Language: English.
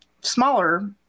smaller